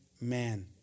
man